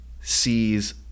sees